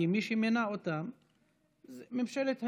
כי מי שמינה אותם זאת ממשלת הימין,